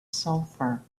sulfur